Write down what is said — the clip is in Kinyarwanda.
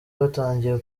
batangiye